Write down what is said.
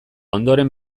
ondoren